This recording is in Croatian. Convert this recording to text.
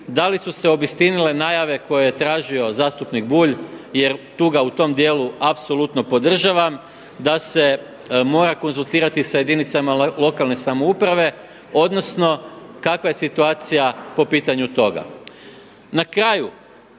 da li su se obistinile najave koje je tražio zastupnik Bulj jer tu ga u tom djelu apsolutno podržavam da se mora konzultirati sa jedinicama lokalne samouprave odnosno kakva je situacija po pitanju toga.